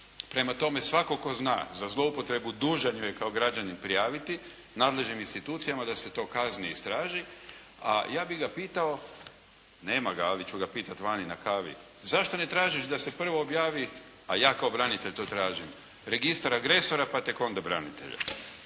Prema tome, svatko tko zna za zloupotrebu dužan ju je kao građanin prijaviti nadležnim institucijama da se to kazni i istraži. A ja bih ga pitao, nema ga, ali ću ga pitati vani na kavi, zašto ne tražiš da se prvo objavi, a ja kao branitelj to tražim, registar agresora pa tek onda branitelja?